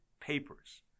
papers